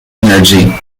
energy